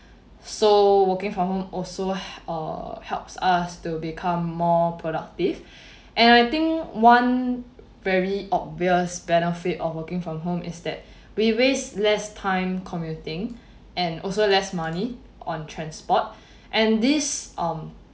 so working from home also h~ err helps us to become more productive and I think one very obvious benefit of working from home is that we waste less time commuting and also less money on transport and this um